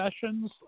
Sessions